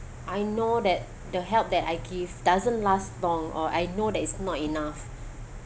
I know that the help that I give doesn't last long or I know that is not enough